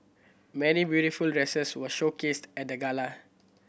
many beautiful dresses were showcased at the gala